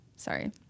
Sorry